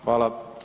Hvala.